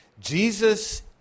Jesus